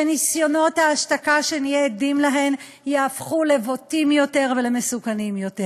שניסיונות ההשתקה שנהיה עדים להם יהפכו לבוטים יותר ולמסוכנים יותר,